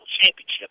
championship